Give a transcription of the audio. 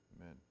Amen